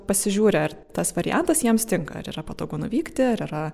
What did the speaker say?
pasižiūri ar tas variantas jiems tinka ar yra patogu nuvykti ar yra